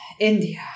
India